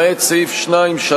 למעט סעיף 2(3)